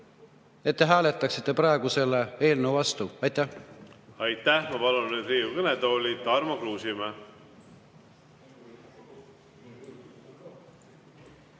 et te hääletaksite praegu selle eelnõu vastu. Aitäh! Aitäh! Ma palun nüüd Riigikogu kõnetooli Tarmo Kruusimäe.